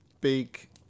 big